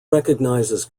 recognizes